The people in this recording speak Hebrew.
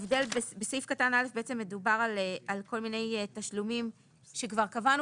בסעיף קטן (א) מדובר על כל מיני תשלומים שכבר קבענו